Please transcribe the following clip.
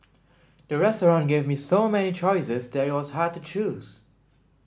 the restaurant gave me so many choices that it was hard to choose